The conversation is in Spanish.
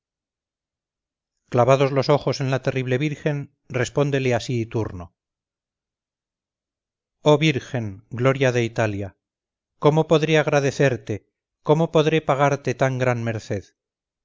clavados los ojos en la terrible virgen respóndele así turno oh virgen gloria de italia cómo podré agradecerte cómo podré pagarte tan gran merced